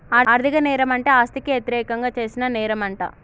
ఆర్ధిక నేరం అంటే ఆస్తికి యతిరేకంగా చేసిన నేరంమంట